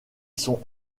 sont